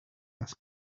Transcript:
las